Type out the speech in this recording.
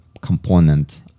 component